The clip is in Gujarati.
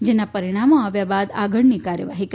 જેના પરીણામો આવ્યા બાદ આગળની કાર્યવાહી કરાશે